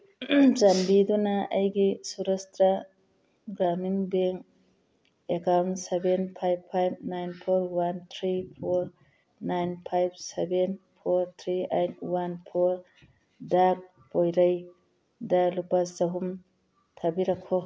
ꯆꯥꯟꯕꯤꯗꯨꯅ ꯑꯩꯒꯤ Saurashtra Gramin bank account seven five five nine four one three four nine five seven four three eight one ꯐꯣꯔꯗ ꯄꯣꯔꯩꯗ ꯂꯨꯄꯥ ꯆꯍꯨꯝ ꯊꯥꯕꯤꯔꯛꯈꯣ